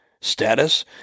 status